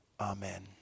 Amen